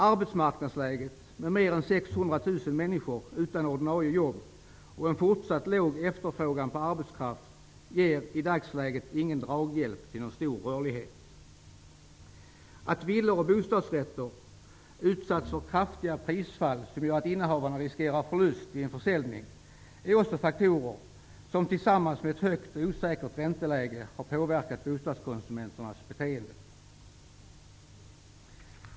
Arbetsmarknadsläget med mer än 600 000 människor utan ordinarie jobb och med en fortsatt låg efterfrågan på arbetskraft ger i dagsläget ingen draghjälp till någon stor rörlighet. Att villor och bostadsrätter utsatts för kraftiga prisfall som gör att innehavarna riskerar en förlust vid en försäljning är också en faktor som tillsammans med ett högt och osäkert ränteläge har påverkat bostadskonsumenternas beteende.